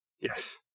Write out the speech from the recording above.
yes